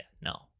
no